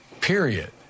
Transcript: Period